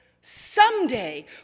someday